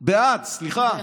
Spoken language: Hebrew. בעד, סליחה.